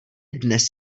dnes